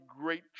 great